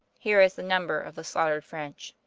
heere is the number of the slaught'red french